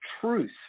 truth